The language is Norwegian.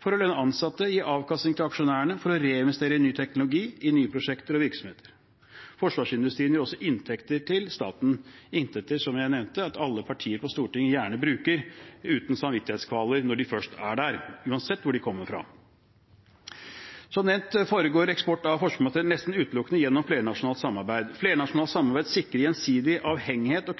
for å lønne ansatte, gi avkastning til aksjonærene, reinvestere i ny teknologi, nye prosjekter og ny virksomhet. Forsvarsindustrien gir også inntekter til staten – inntekter som, som jeg nevnte, alle partier på Stortinget gjerne bruker, uten samvittighetskvaler, når de først er der, uansett hvor de kommer fra. Som nevnt foregår eksporten av forsvarsmateriell nesten utelukkende gjennom flernasjonalt samarbeid. Flernasjonalt samarbeid sikrer gjensidig avhengighet